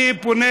אני פונה